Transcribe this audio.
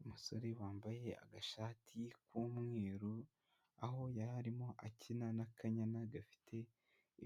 Umusore wambaye agashati k'umweru, aho yari arimo akina n'akanyana gafite